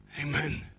Amen